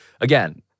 again